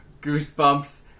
Goosebumps